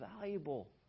valuable